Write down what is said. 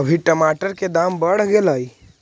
अभी टमाटर के दाम बढ़ गेलइ